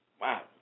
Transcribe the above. Wow